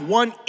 one